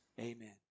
Amen